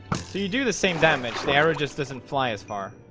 so you do the same damage the error just doesn't fly as far